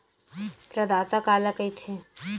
प्रदाता काला कइथे?